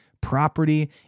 property